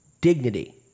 Dignity